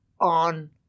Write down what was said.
on